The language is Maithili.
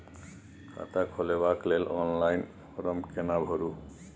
खाता खोलबेके लेल ऑनलाइन फारम केना भरु?